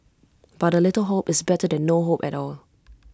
but A little hope is better than no hope at all